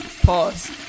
Pause